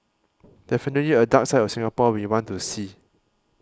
definitely a dark side of Singapore we want to see